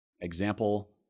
example